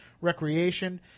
recreation